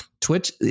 twitch